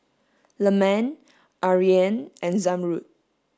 Leman Aryan and Zamrud